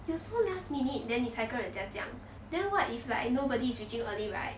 you so last minute then 你才跟人家讲 then what if like nobody is reaching early right